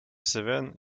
cévennes